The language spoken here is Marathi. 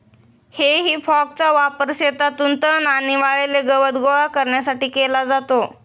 हेई फॉकचा वापर शेतातून तण आणि वाळलेले गवत गोळा करण्यासाठी केला जातो